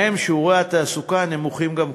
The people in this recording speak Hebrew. שבהן שיעורי התעסוקה נמוכים גם כך,